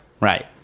right